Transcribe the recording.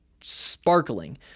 sparkling